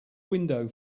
window